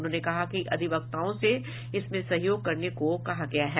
उन्होंने कहा कि अधिवक्ताओं से इसमें सहयोग करने को कहा गया है